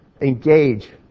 engage